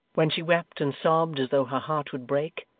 when she wept and sobbed as though her heart would break,